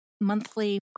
monthly